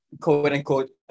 quote-unquote